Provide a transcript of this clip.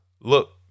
Look